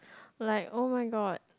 like oh-my-god